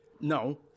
No